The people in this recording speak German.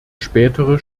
spätere